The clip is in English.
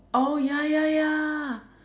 oh ya ya ya